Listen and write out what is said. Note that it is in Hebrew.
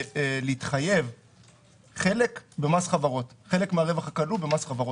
להתחייב במס חברות חלק מן הרווח הכלוא,